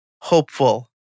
hopeful